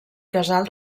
casal